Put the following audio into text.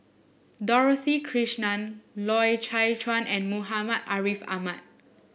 Dorothy Krishnan Loy Chye Chuan and Muhammad Ariff Ahmad